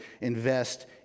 invest